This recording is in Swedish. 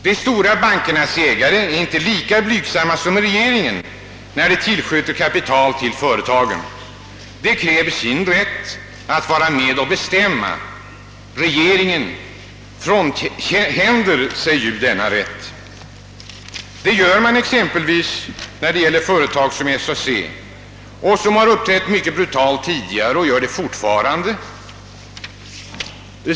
De stora bankernas ägare är inte lika blygsamma som regeringen när de tillskjuter kapital till företagen: de kräver sin rätt att vara med och bestämma. Regeringen frånhänder sig däremot denna rätt. Det gör man exempelvis när det gäller företag som SCA, som har uppträtt mycket brutalt tidigare och som gör det fortfarande.